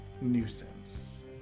nuisance